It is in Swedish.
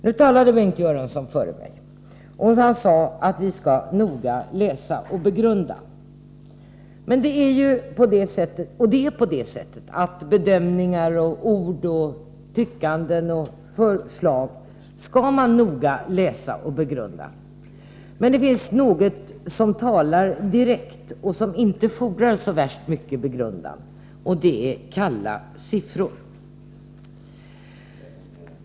Bengt Göransson talade före mig, och han sade att vi noga skall läsa och begrunda. Och man skall noga läsa och begrunda bedömningar, ord, tyckanden och förslag. Men det finns något som talar direkt och som inte fordrar så värst mycket begrundan, och det är kalla siffror.